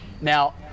Now